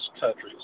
countries